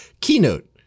Keynote